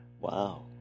wow